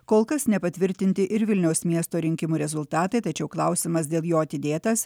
kol kas nepatvirtinti ir vilniaus miesto rinkimų rezultatai tačiau klausimas dėl jo atidėtas